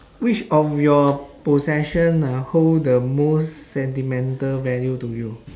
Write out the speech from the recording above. which of your possession uh hold the most sentimental value to you